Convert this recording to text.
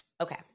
okay